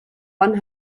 one